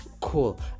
Cool